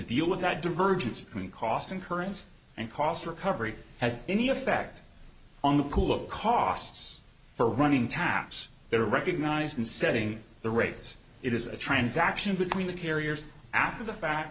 deal with that divergence in cost and currency and cost recovery has any effect on the pool of costs for running taps that are recognized in setting the rates it is a transaction between the carriers after the fact